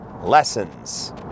lessons